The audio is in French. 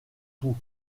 pouls